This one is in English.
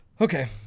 Okay